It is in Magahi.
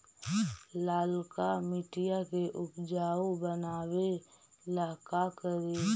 लालका मिट्टियां के उपजाऊ बनावे ला का करी?